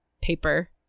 paper